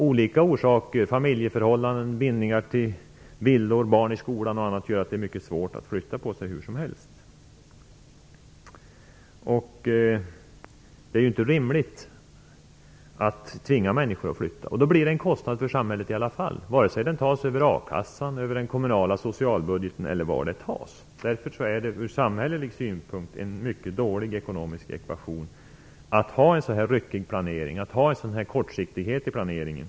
Olika orsaker som familjeförhållanden, bindningar till villor, barn i skolan och annat gör att det är mycket svårt att flytta på sig hur som helst. Det är inte rimligt att tvinga människor att flytta. Då blir det en kostnad för samhället i alla fall, vare sig den tas över a-kassan, över den kommunala socialbudgeten eller var den tas. Därför är det ur samhällelig synpunkt en mycket dålig ekonomisk ekvation att ha en sådan här ryckig planering och att ha den här kortsiktigheten i planeringen.